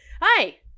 Hi